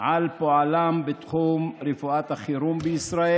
על פועלם בתחום רפואת החירום בישראל.